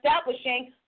establishing